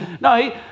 No